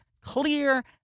clear